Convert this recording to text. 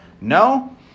No